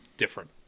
different